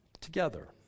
together